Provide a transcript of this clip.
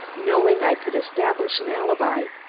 knowing i could establish an alibi,